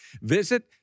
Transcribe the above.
visit